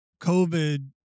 COVID